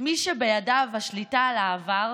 מי שבידיו השליטה על העבר,